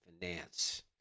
finance